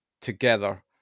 together